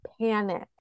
panic